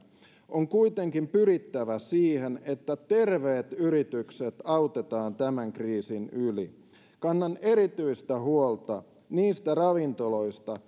on kuitenkin pyrittävä siihen että terveet yritykset autetaan tämän kriisin yli kannan erityistä huolta niistä ravintoloista